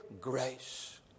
grace